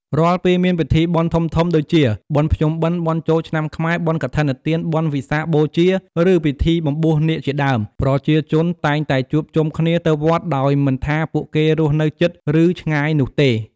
រាល់ពេលមានពិធីបុណ្យធំៗដូចជា បុណ្យភ្ជុំបិណ្ឌ បុណ្យចូលឆ្នាំខ្មែរ បុណ្យកឋិនទាន បុណ្យវិសាខបូជា ឬពិធីបំបួសនាគជាដើម ប្រជាជនតែងតែជួបជុំគ្នាទៅវត្តដោយមិនថាពួកគេរស់នៅជិត ឬឆ្ងាយនោះទេ។